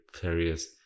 various